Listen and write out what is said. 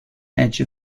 edge